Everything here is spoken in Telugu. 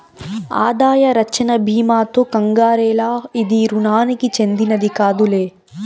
ఆదాయ రచ్చన బీమాతో కంగారేల, ఇది రుణానికి చెందినది కాదులే